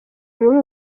muri